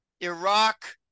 Iraq